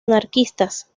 anarquistas